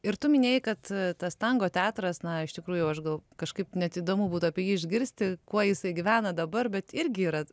ir tu minėjai kad tas tango teatras na iš tikrųjų aš gal kažkaip net įdomu būtų apie jį išgirsti kuo jisai gyvena dabar bet irgi yra